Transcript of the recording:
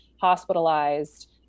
hospitalized